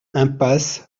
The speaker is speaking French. impasse